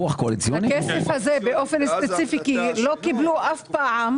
הכסף הזה באופן ספציפי כי לא קיבלו אף פעם.